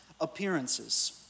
appearances